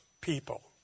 people